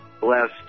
bless